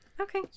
Okay